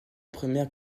première